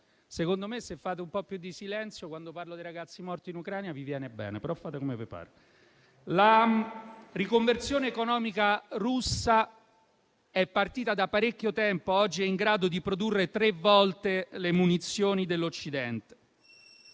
Secondo me, se fate un po' più di silenzio, quando parlo dei ragazzi morti in Ucraina, fate bene. Ma fate come vi pare. La riconversione economica russa è partita da parecchio tempo: oggi è in grado di produrre tre volte le munizioni dell'Occidente.